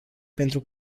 pentru